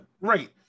Right